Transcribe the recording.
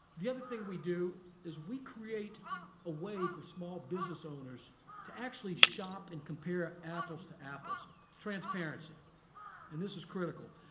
the other thing we do is we create a way for small business owners to actually shop and compare apples to apples transparency and this is critical.